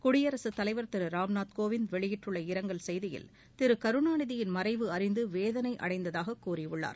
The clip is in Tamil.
குடியரசுத் தலைவர் திரு ராம்நாத் கோவிந்த் வெளியிட்டுள்ள இரங்கல் செய்தியில் திரு கருணாநிதியின் மறைவு அறிந்து வேதனையடைந்ததாக கூறியுள்ளார்